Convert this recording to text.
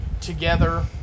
together